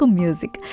music